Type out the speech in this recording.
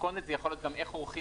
מתכונת זה יכול להיות איך עורכים